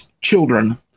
children